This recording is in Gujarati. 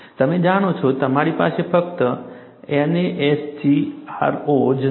તમે જાણો છો તમારી પાસે ફક્ત NASGRO જ નથી